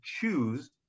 choose